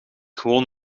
gewoon